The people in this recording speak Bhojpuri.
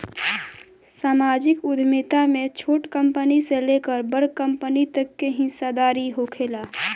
सामाजिक उद्यमिता में छोट कंपनी से लेकर बड़ कंपनी तक के हिस्सादारी होखेला